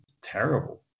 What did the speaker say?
terrible